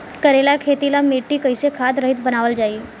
करेला के खेती ला मिट्टी कइसे खाद्य रहित बनावल जाई?